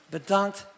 Bedankt